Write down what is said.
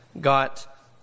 got